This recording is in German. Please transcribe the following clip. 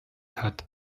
hat